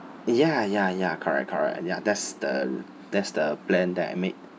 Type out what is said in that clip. ya ya ya correct correct ya that's the that's the plan that I made